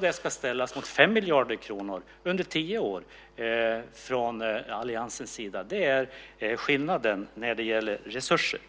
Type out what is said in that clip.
Det ska ställas mot 5 miljarder kronor under tio år, som är alliansens förslag. Det är skillnaden när det gäller resurser.